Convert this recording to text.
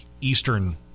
Eastern